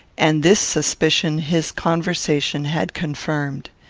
and this suspicion his conversation had confirmed.